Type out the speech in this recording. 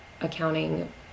accounting